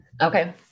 Okay